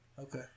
okay